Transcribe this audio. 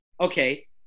okay